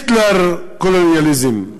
settler colonialism.